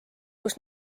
kus